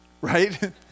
Right